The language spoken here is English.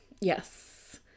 Yes